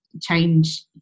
change